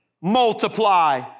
multiply